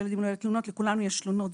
לכולם יש תלונות,